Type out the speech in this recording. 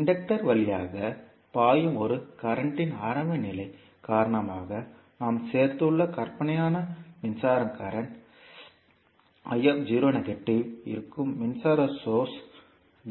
inductor வழியாக பாயும் ஒரு மின்னோட்டத்தின் ஆரம்ப நிலை காரணமாக நாம் சேர்த்துள்ள கற்பனையான மின்சார இருக்கும் மின்சாரசோர்ஸ்